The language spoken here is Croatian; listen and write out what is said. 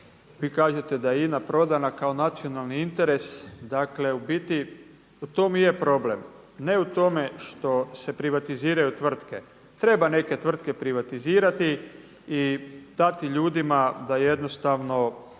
vi kažete da je INA prodana kao nacionalni interes, dakle u biti u tome i je problem, ne u tome što se privatiziraju tvrtke, treba neke tvrtke privatizirati i dati ljudima da jednostavno